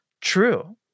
true